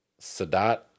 sadat